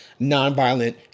Nonviolent